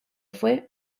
fue